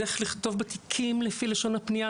זה איך לכתוב בתיקים על פי לשון הפנייה,